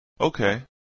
Okay